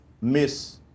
Miss